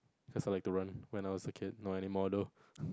cause I like to run when I was a kid not anymore though